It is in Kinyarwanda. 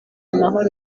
amahoro